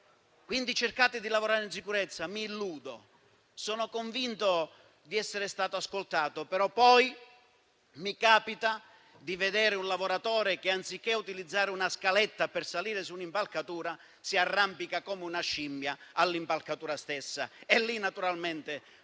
devono cercare di lavorare in sicurezza. Sono convinto di essere ascoltato, ma mi illudo, perché poi mi capita di vedere un lavoratore che, anziché utilizzare una scaletta per salire su un'impalcatura, si arrampica come una scimmia all'impalcatura stessa. Lì naturalmente parte la